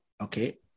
okay